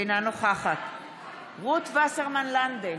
אינה נוכחת רות וסרמן לנדה,